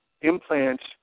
implants